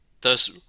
thus